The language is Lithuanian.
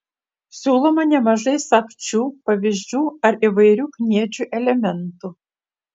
siūloma nemažai sagčių pavyzdžių ar įvairių kniedžių elementų